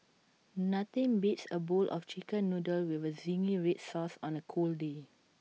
nothing beats A bowl of Chicken Noodles with Zingy Red Sauce on A cold day